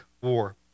war